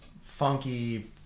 funky